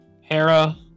Hera